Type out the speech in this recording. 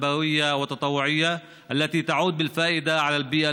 חינוכיות והתנדבותיות שמביאות תועלת לסביבה,